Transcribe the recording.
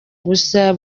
gusa